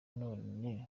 none